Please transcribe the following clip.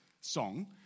song